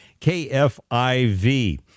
KFIV